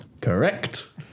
Correct